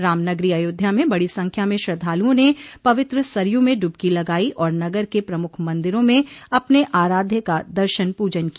रामनगरी अयोध्या में बड़ी संख्या में श्रद्धालुओं ने पवित्र सरयू में ड़बकी लगाई और नगर के प्रमुख मंदिरों में अपने आराध्य का दर्शन पूजन किया